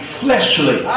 fleshly